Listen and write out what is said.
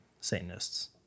Satanists